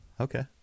Okay